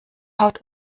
haut